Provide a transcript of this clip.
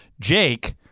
Jake